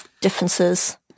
differences